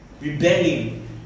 rebelling